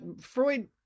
Freud